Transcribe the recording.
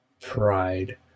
pride